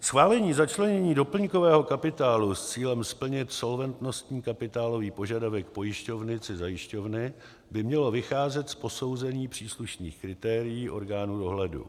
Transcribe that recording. Schválení začlenění doplňkového kapitálu s cílem splnit solventnostní kapitálový požadavek pojišťovny či zajišťovny by mělo vycházet z posouzení příslušných kritérií orgánů dohledu.